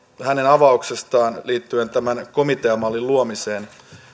hänen avauksestaan liittyen tämän komiteamallin luomiseen